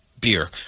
beer